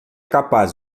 capaz